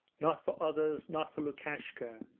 not for others, not for lukashka,